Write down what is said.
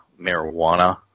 marijuana